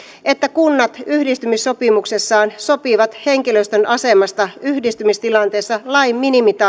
että kunnat yhdistymissopimuksessaan sopivat henkilöstön asemasta yhdistymistilanteessa lain